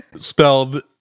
spelled